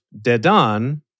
Dedan